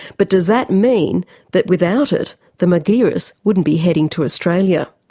but does that mean that without it the margiris wouldn't be heading to australia?